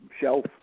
shelf